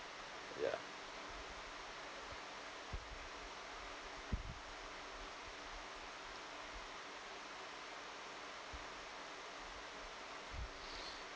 ya